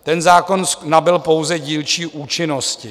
Ten zákon nabyl pouze dílčí účinnosti.